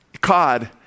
cod